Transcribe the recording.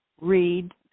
read